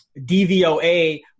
DVOA